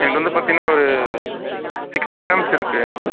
என்கிட்ட வந்து பார்த்திங்ன்னா ஒரு சிக்ஸ்டி கிராம்ஸ் இருக்கு